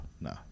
no